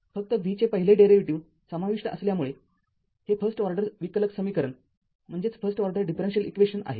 फक्त v चे पहिले डेरीवेटीव्ह समाविष्ट असल्यामुळे हे फर्स्ट ऑर्डर विकलक समीकरण आहे